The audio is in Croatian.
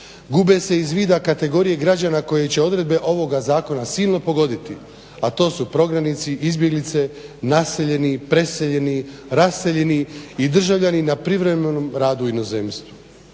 Gube se iz vida kategorije građana koje će odredbe ovoga zakona silno pogoditi, a to su prognanici, izbjeglice, naseljeni, preseljeni, raseljeni i državljani na privremenom radu u inozemstvu.